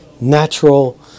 natural